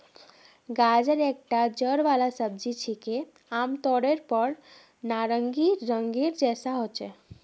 गाजर एकता जड़ वाला सब्जी छिके, आमतौरेर पर नारंगी रंगेर जैसा ह छेक